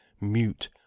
mute